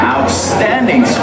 Outstanding